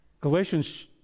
Galatians